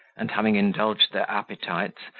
and, having indulged their appetites,